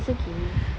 it's okay